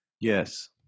Yes